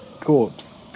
Corpse